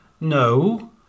No